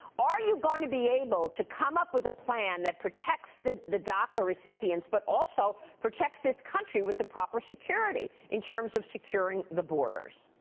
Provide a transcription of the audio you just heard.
are you going to be able to come up with a plan that protects the the daca recipients but also protects this country with the proper security in terms of securing the borders?